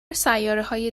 سیارههای